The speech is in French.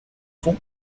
font